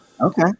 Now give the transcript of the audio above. okay